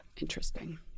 Interesting